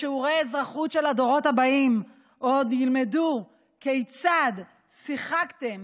בשיעורי האזרחות של הדורות הבאים עוד ילמדו כיצד שחקתם